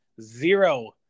zero